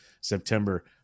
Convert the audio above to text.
September